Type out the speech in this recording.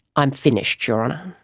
i'm finished, your honour.